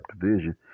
division